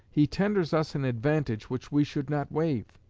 he tenders us an advantage which we should not waive.